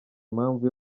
impamvu